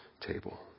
table